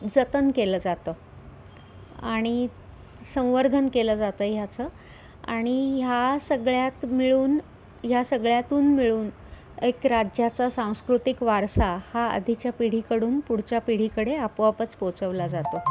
जतन केलं जातं आणि संवर्धन केलं जातं ह्याचं आणि ह्या सगळ्यात मिळून या सगळ्यातून मिळून एक राज्याचा सांस्कृतिक वारसा हा आधीच्या पिढीकडून पुढच्या पिढीकडे आपोआपच पोहचवला जातो